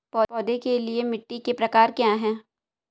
पौधों के लिए मिट्टी के प्रकार क्या हैं?